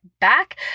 back